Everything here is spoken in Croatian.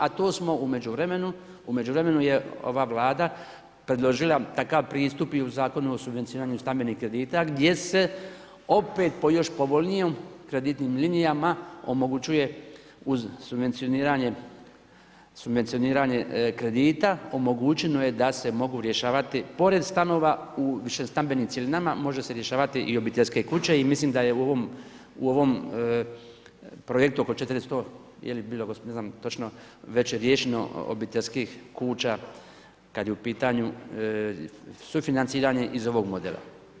A to smo u međuvremenu, u međuvremenu je ova Vlada predložila takav pristup i u Zakonu o subvencioniranju stambenih kredita gdje se opet po još povoljnijim kreditnim linijama omogućuje, uz subvencioniranje kredita, omogućeno je da se mogu rješavati, pored stanova u višestambenim cjelinama, može se rješavati i obiteljske kuće i mislim da je u ovom projektu oko 400 je li bilo, ne znam točno, već riješeno obiteljskih kuća kad je u pitanju sufinanciranje iz ovog modela.